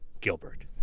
gilbert